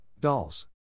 Dolls